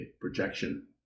projection